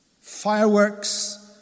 Fireworks